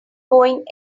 going